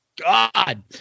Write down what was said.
God